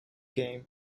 game